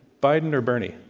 biden or bernie?